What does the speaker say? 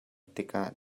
tikah